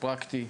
הפרקטי,